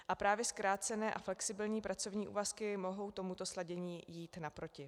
A právě zkrácené a flexibilní pracovní úvazky mohou tomuto sladění jít naproti.